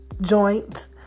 joint